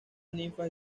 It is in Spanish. ninfas